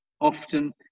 often